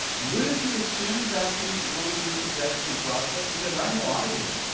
wouldn't you assume vaccines are going through this exact same process? because i know i did.